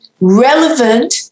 relevant